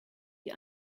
die